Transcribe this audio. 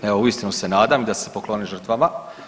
Evo uistinu se nadam da ste se poklonili žrtvama.